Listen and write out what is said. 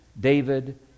David